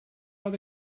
are